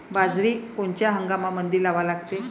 बाजरी कोनच्या हंगामामंदी लावा लागते?